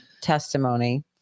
testimony